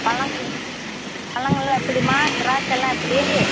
பழங்கள் பழங்கள்லாம் எப்படிம்மா திராட்சைலாம் எப்படி